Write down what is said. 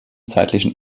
zeitlichen